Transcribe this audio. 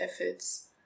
efforts